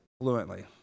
fluently